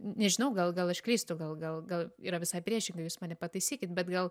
nežinau gal gal aš klystu gal gal gal yra visai priešingai jūs mane pataisykit bet gal